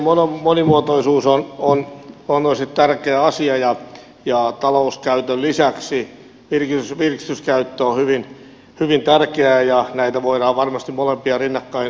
metsien monimuotoisuus on tosi tärkeä asia ja talouskäytön lisäksi virkistyskäyttö on hyvin tärkeää ja näitä voidaan varmasti molempia rinnakkain hyödyntää